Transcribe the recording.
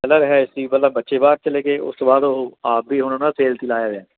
ਪਹਿਲਾਂ ਰਿਹਾਇਸ਼ ਸੀ ਪਹਿਲਾਂ ਬੱਚੇ ਬਾਹਰ ਚਲੇ ਗਏ ਉਸ ਤੋਂ ਬਾਅਦ ਉਹ ਆਪ ਵੀ ਹੁਣ ਉਹਨਾਂ ਨੇ ਸੇਲ 'ਤੇ ਹੀ ਲਾਇਆ ਹੋਇਆ